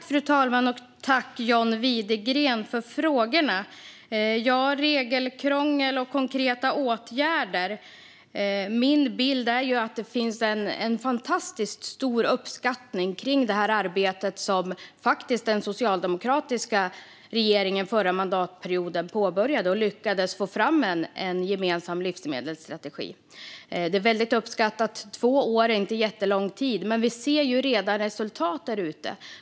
Fru talman! Jag tackar John Widegren för frågorna. När det gäller regelkrångel och konkreta åtgärder är min bild att det finns en fantastiskt stor uppskattning av det arbete som den socialdemokratiska regeringen påbörjade förra mandatperioden, och man lyckades få fram en gemensam livsmedelsstrategi. Den är mycket uppskattad. Två år är inte en jättelång tid. Men vi ser redan resultat där ute.